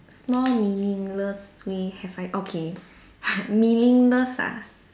small meaningless way have I okay meaningless ah